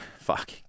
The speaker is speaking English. fuck